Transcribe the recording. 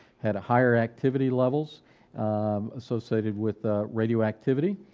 had a higher activity levels associated with radioactivity,